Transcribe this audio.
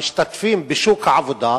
המשתתפים בשוק העבודה,